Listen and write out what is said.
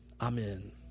Amen